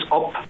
up